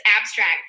abstract